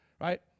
right